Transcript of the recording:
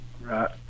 right